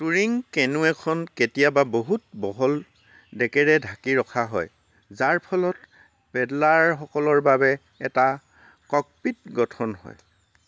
Turing canoe এখন কেতিয়াবা বহুত বহল ডেকেৰে ঢাকি ৰখা হয় যাৰ ফলত পেডলাৰসকলৰ বাবে এটা 'ককপিট' গঠন হয়